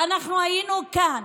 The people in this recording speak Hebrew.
ואנחנו היינו כאן.